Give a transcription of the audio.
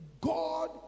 God